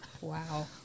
wow